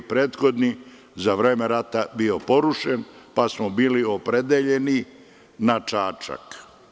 Prethodni je za vreme rata bio porušen, pa smo bili opredeljeni na Čačak.